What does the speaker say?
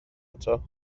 eto